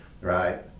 right